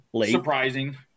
surprising